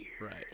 Right